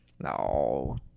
no